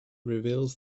reveals